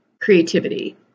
creativity